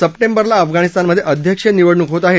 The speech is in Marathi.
सप्टेंबरला अफगाणिस्तानमधे अध्यक्षीय निवडणूक होत आहे